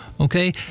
okay